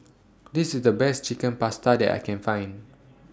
This IS The Best Chicken Pasta that I Can Find